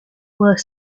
were